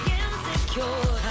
insecure